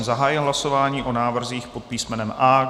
Zahájil jsem hlasování o návrzích pod písmenem A.